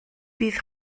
bydd